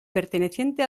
perteneciente